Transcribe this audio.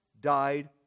died